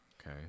okay